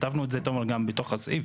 כתבנו את זה, תומר, גם בתוך הסעיף.